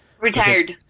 Retired